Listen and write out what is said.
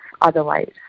otherwise